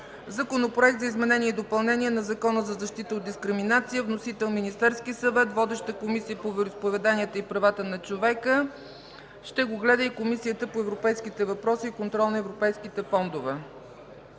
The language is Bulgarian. Законопроект за изменение и допълнение на Закона за защита от дискриминация. Вносител – Министерският съвет. Водеща – Комисията по вероизповеданията и правата на човека. Разпределен е на Комисията по европейските въпроси и контрол на европейските фондове.